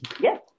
Yes